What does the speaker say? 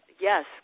yes